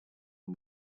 and